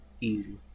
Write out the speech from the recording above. Easy